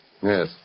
Yes